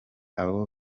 abo